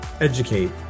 educate